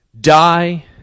die